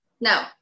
No